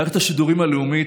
מערכת השידורים הלאומית,